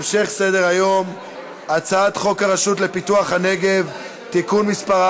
אני קובע שהצעת החוק שדה-התעופה דב הוז (הוראות מיוחדות),